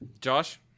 Josh